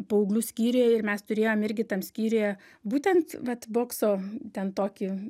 paauglių skyriuje ir mes turėjom irgi tam skyriuje būtent vat bokso ten tokį